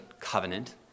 covenant